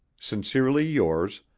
sincerely yours,